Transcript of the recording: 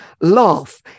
laugh